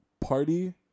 party